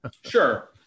Sure